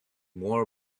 more